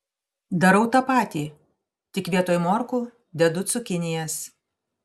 darau tą patį tik vietoj morkų dedu cukinijas